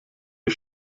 die